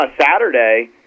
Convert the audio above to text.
Saturday